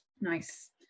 nice